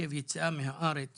עיכוב היציאה מן הארץ